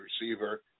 receiver